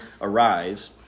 arise